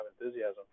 enthusiasm